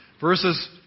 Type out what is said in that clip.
versus